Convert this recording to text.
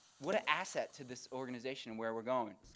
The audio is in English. what an asset to this organization and where we're going.